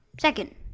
Second